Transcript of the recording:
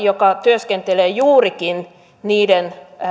joka työskentelee juurikin niiden